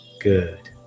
good